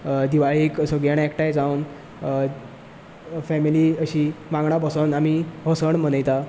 दिवाळेक सगळीं जाणां एकठांय जावन फेमिली अशीं वांगडा बसून हो आमी सण मनयतात